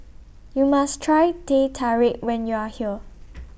YOU must Try Teh Tarik when YOU Are here